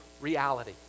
reality